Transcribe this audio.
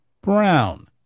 Brown